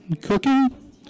cooking